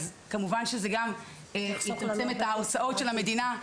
כמובן זה יצמצם את ההוצאות של המדינה,